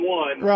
one